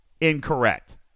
Incorrect